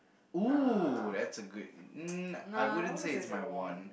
!woo! that's a great um I wouldn't say it's my want